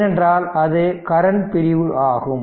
ஏனென்றால் அது கரண்ட் பிரிவு ஆகும்